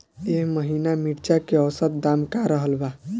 एह महीना मिर्चा के औसत दाम का रहल बा?